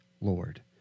Lord